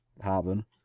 happen